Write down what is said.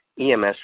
EMS